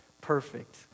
perfect